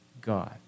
God